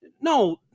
no